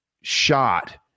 shot